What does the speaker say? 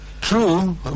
True